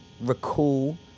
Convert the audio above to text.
recall